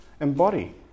embody